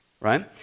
right